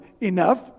enough